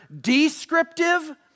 descriptive